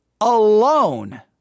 alone